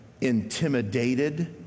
intimidated